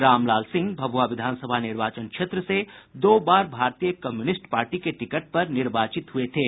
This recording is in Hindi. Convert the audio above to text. राम लाल सिंह सिंह भभुआ विधानसभा निर्वाचन क्षेत्र से दो बार भारतीय कम्युनिस्ट पार्टी के टिकट पर निर्वाचित हुए थे